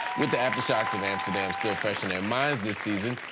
with the after shots of amsterdam still fresh in their minds, this season,